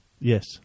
Yes